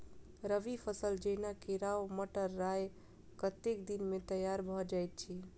रबी फसल जेना केराव, मटर, राय कतेक दिन मे तैयार भँ जाइत अछि?